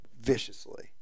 viciously